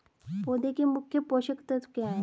पौधे का मुख्य पोषक तत्व क्या हैं?